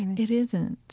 it isn't. it's,